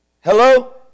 Hello